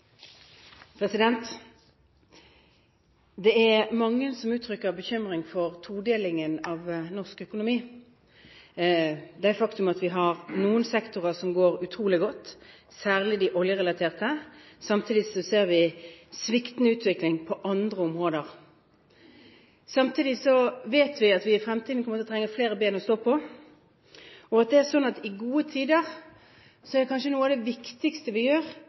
norsk økonomi. Det er et faktum at vi har noen sektorer som går utrolig godt, særlig de oljerelaterte. Samtidig ser vi sviktende utvikling på andre områder. Vi vet at vi i fremtiden kommer til å trenge flere ben å stå på, og at i gode tider er kanskje noe av det viktigste vi gjør,